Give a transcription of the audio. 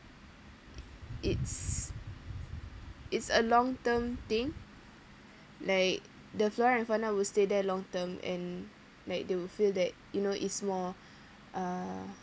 it's it's a long term thing like the flora and fauna will stay there long term and like they will feel that you know it's more uh